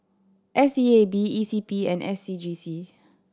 S E A B E C P and S C G C